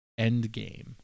Endgame